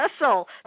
Russell